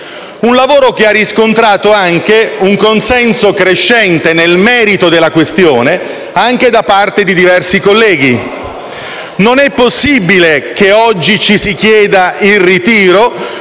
un lavoro che ha riscontrato un consenso crescente, nel merito della questione, anche da parte di diversi colleghi. Non è possibile che oggi si chieda il ritiro